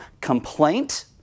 complaint